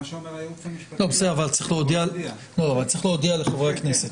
בסדר, צריך להודיע לחברי הכנסת.